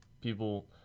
people